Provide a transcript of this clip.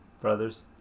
Brothers